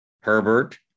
Herbert